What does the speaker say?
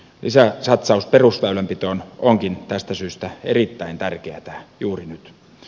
lisäsatsaus perusväylänpitoon onkin tästä syystä erittäin tärkeätä juuri nyt